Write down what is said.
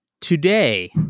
Today